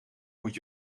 moet